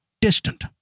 distant